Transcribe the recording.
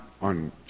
on